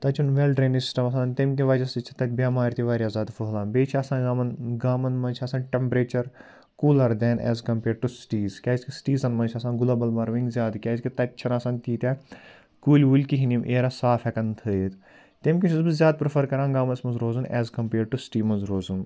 تَتہِ چھُنہٕ وٮ۪ل ڈرٛینیج سِسٹَم آسان تَمہِ کہِ وجہ سۭتۍ چھِ تَتہِ بٮ۪مارِ تہِ واریاہ زیادٕ پھٔہلان بیٚیہِ چھِ آس یِمَن گامَن مَنٛز چھِ آسان ٹمپریچَر کوٗلَر دٮ۪ن ایز کَمپیٲڈ ٹُہ سِٹیٖز کیازِکہِ سِٹیٖزَن منٛز چھِ آسان گلوبَل وارمِنٛگ زیادٕ کیازِکہِ تَتہِ چھنہٕ آسان تیٖتیٛاہ کُلۍ وُلۍ کِہیٖنۍ یِم اٮ۪رَس صاف ہٮ۪کن تھٲیِتھ تَمہِ کِنۍ چھُس بہٕ زیاد پرٛٮ۪فر کَران گامَس مَنٛز روزُن ایز کَمپیٲڈ ٹُہ سِٹی منٛز روزُن